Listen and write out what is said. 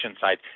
side